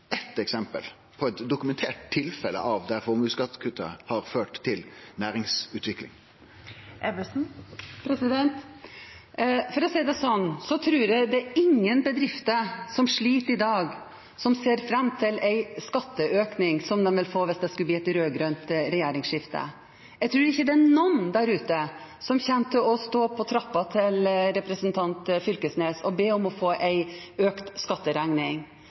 eksempel – på eit dokumentert tilfelle av at formuesskattekutt har ført til næringsutvikling? For å si det sånn: Jeg tror ingen bedrifter som sliter i dag, ser fram til en skatteøkning, som de vil få hvis det skulle bli et rød-grønt regjeringsskifte. Jeg tror ikke det er noen der ute som kommer til å stå på trappa til representanten Fylkesnes og be om å få en økt skatteregning.